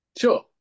Sure